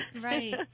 right